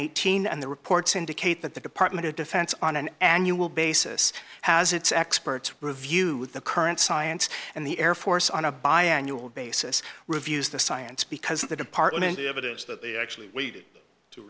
eighteen and the reports indicate that the department of defense on an annual basis has its experts review the current science and the air force on a bi annual basis reviews the science because the department of evidence that they actually waited to